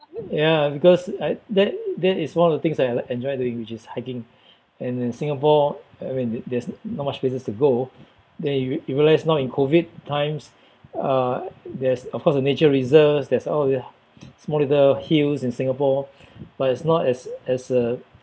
ya because uh that that is one of the things that I like enjoy doing which is hiking and in Singapore uh when there's not much places to go then you you realise now in COVID times uh there's of course the nature reserves there's all the small little hills in Singapore but it's not as as uh